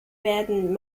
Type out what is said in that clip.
werden